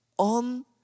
on